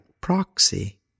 proxy